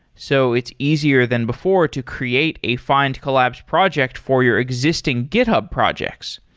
so it's easier than before to create a findcollabs projects for your existing github projects.